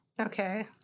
Okay